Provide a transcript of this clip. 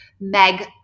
Meg